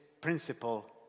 principle